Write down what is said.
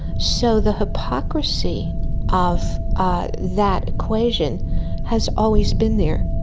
so the hypocrisy of ah that equation has always been there.